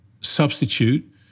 substitute